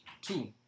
Two